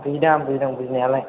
बुजिदां बुजिदों बुजिनायालाय